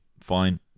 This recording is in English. Fine